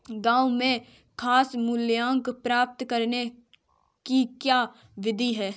गाँवों में साख मूल्यांकन प्राप्त करने की क्या विधि है?